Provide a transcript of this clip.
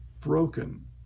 broken